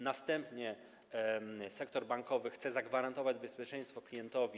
Następnie sektor bankowy chce zagwarantować bezpieczeństwo klientowi.